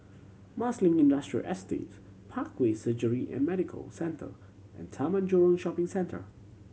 Marsiling Industrial Estate Parkway Surgery and Medical Centre and Taman Jurong Shopping Centre